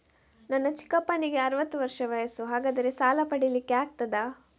ನನ್ನ ಚಿಕ್ಕಪ್ಪನಿಗೆ ಅರವತ್ತು ವರ್ಷ ವಯಸ್ಸು, ಹಾಗಾದರೆ ಸಾಲ ಪಡೆಲಿಕ್ಕೆ ಆಗ್ತದ?